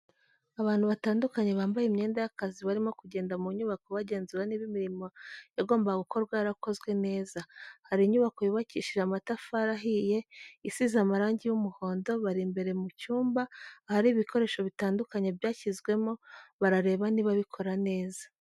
Abantu batandukanye bambaye imyenda y'akazi barimo kugenda mu nyubako bagenzura niba imirimo yagombaga gukorwa yarakozwe neza, hari inyubako yubakishije amatafari ahiye isize amarangi y'umuhondo, bari imbere mu cyumba ahari ibikoresho bitandukanye byashyizwemo barareba niba bikora neza.